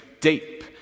deep